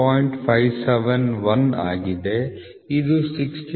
571 ಆಗಿದೆ ಇದು 62